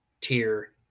tier